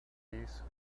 geese